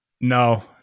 No